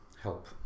help